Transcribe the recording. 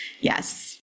Yes